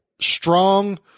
strong